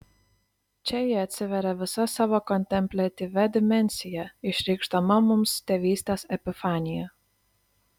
čia ji atsiveria visa savo kontempliatyvia dimensija išreikšdama mums tėvystės epifaniją